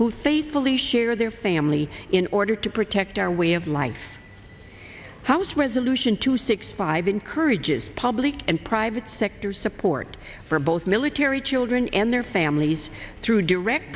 who faithfully share their family in order to protect our way of life house resolution two six five encourages public and private sectors support for both military children and their families through direct